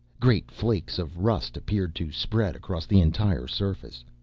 great flakes of rust appeared to spread across the entire surface.